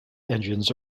engines